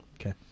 Okay